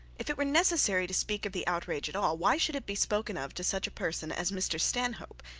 if it were necessary to speak of the outrage at all, why should it be spoken of to such a person as mr stanhope,